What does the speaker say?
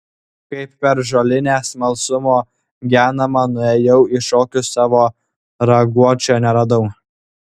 kai per žolinę smalsumo genama nuėjau į šokius savo raguočio neradau